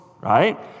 right